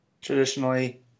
Traditionally